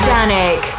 Danik